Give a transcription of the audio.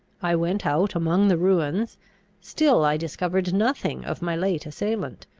i went out among the ruins still i discovered nothing of my late assailant.